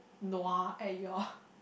nua at your